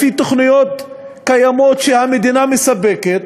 לפי תוכנית שהמדינה מספקת.